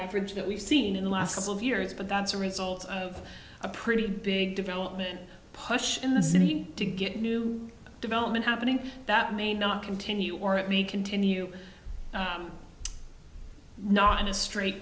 average that we've seen in the last couple of years but that's a result of a pretty big development push to get new development happening that may not continue or it may continue not in a straight